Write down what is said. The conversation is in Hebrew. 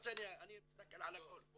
מסתכל על הכל.